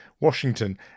Washington